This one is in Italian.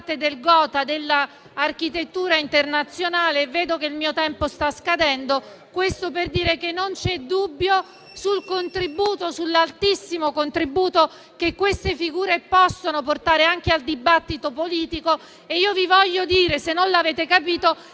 del *gotha* dell'architettura internazionale. Vedo che il mio tempo sta scadendo. Questo per dire che non c'è dubbio sull'altissimo contributo che queste figure possono portare al dibattito politico. Vi voglio dire, se non l'avete capito, che